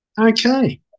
Okay